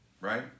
Right